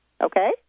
Okay